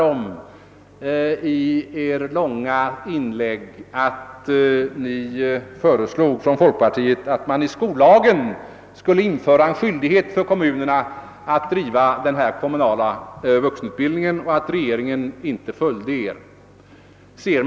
Ni erinrade i Ert långa inlägg om att ni från folkpartiet hade föreslagit att det i skollagen skulle införas skyldighet för kommunerna att driva kommunal vuxenutbildning men att regeringen inte hade följt detta förslag.